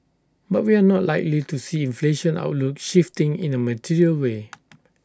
but we're not likely to see inflation outlook shifting in A material way